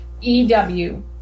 ew